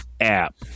app